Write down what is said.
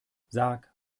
sag